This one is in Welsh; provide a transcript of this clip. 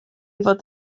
fod